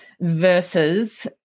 versus